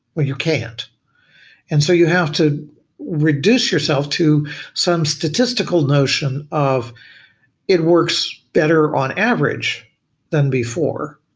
well you can't and so you have to reduce yourself to some statistical notion of it works better on average than before.